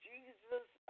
Jesus